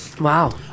Wow